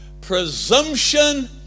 Presumption